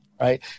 right